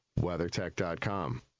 WeatherTech.com